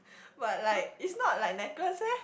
but like is not like necklace leh